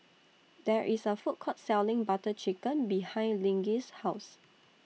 There IS A Food Court Selling Butter Chicken behind Lige's House